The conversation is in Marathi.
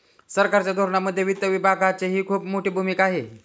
सरकारच्या धोरणांमध्ये वित्त विभागाचीही खूप मोठी भूमिका आहे